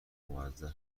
موظف